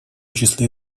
числе